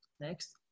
Next